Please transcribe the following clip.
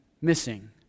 missing